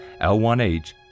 L1H